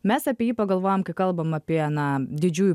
mes apie jį pagalvojam kai kalbam apie na didžiųjų